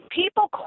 people